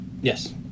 yes